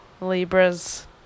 Libras